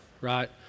right